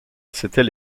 c’était